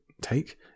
take